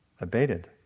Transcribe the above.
abated